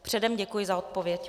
Předem děkuji za odpověď.